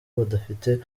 badafite